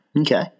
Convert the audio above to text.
Okay